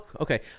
Okay